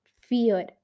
fear